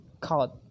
caught